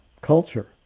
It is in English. culture